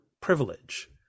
privilege